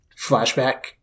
flashback